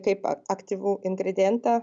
kaip aktyvų ingredientą